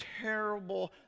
terrible